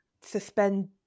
suspend